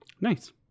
nice